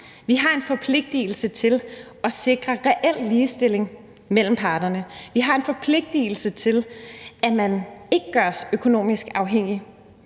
Vi har en forpligtigelse til at sikre reel ligestilling mellem parterne; vi har en forpligtigelse til, at man ikke gøres økonomisk afhængig,